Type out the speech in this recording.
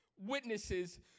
witnesses